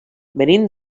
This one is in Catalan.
venim